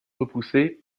repoussé